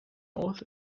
north